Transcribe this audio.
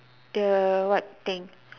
the what thing